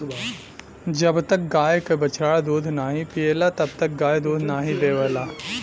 जब तक गाय क बछड़ा दूध नाहीं पियला तब तक गाय दूध नाहीं देवला